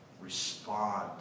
respond